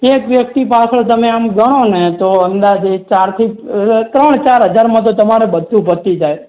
એક વ્યક્તિ પાછળ તમે આમ ગણોને તો અંદાજે ચારથી ત્રણ ચાર હજારમાં તો તમારે બધું પતી જાય